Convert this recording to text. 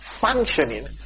functioning